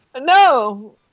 No